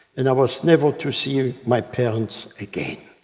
and i was never to see my parents again.